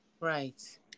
Right